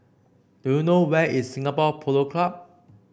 do you know where is Singapore Polo Club